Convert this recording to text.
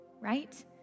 right